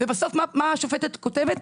ובסוף מה השופטת כותבת?